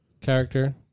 character